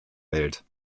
welt